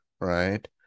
right